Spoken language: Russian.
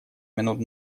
минут